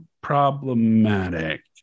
problematic